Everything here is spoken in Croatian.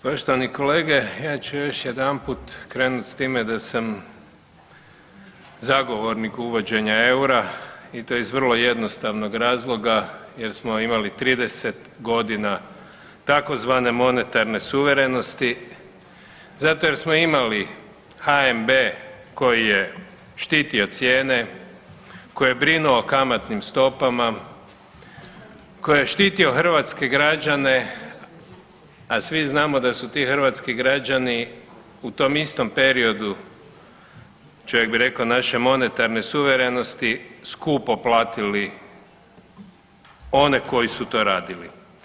Poštovani kolege, ja ću još jedanput krenut s time da sam zagovornik uvođenja eura i to iz vrlo jednostavnog razloga jer smo imali 30 godina tzv. monetarne suverenosti zato jer smo imali HNB koji je štitio cijene, koji je brinuo o kamatnim stopama, koji je štitio hrvatske građane, a svi znamo da su ti hrvatski građani u tom istom periodu čovjek bi rekao naše monetarne suverenosti skupo platili one koji su to radili.